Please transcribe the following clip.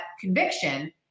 conviction